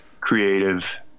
creative